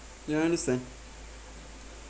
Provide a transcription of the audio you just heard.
ya I understand